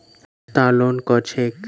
सस्ता लोन केँ छैक